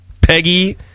Peggy